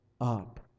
up